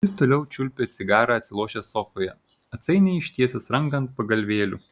jis toliau čiulpė cigarą atsilošęs sofoje atsainiai ištiesęs ranką ant pagalvėlių